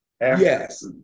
yes